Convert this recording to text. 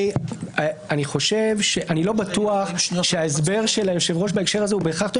אני לא בטוח שההסבר של היושב ראש בהקשר הזה הוא בהכרח תואם